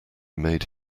made